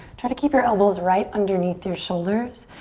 try to keep your elbows right underneath your shoulders.